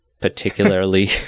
particularly